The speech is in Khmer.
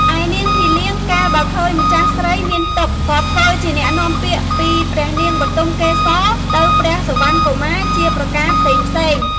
ឯនាងភីលៀង កាលបើឃើញម្ចាស់ស្រីមានទុក្ខ ក៏ធ្វើជាអ្នកនាំពាក្យពីព្រះនាងបុទមកេសរទៅព្រះសុវណ្ណកុមារជាប្រការផ្សេងៗ។